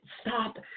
stop